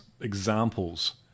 examples